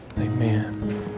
Amen